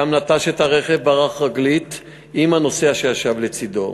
שם נטש את הרכב וברח ברגל עם הנוסע שישב לצדו.